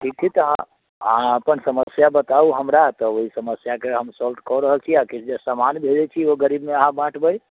ठिक छै तऽ अहाँ आहाँ अपन समस्या बताउ हमरा तऽ ओहि समस्याके हम साल्व कऽ रहल छी आखिर जे समान भेजैत छी ओ गरीबमे आहाँ बाँटबै